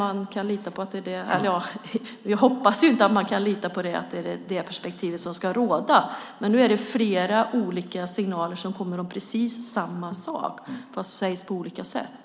Vi hoppas förstås inte att man kan lita på att det är det kortsiktiga perspektivet som ska råda, men nu kommer flera olika signaler om precis samma sak, fast det sägs på olika sätt.